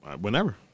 Whenever